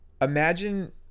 Imagine